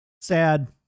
Sad